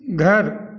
घर